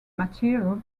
material